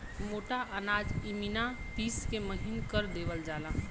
मोटा अनाज इमिना पिस के महीन कर देवल जाला